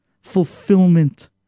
fulfillment